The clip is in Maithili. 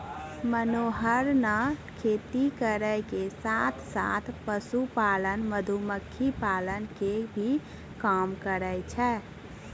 मनोहर नॅ खेती करै के साथॅ साथॅ, पशुपालन, मधुमक्खी पालन के भी काम करै छै